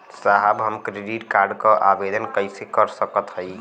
साहब हम credit card क आवेदन कइसे कर सकत हई?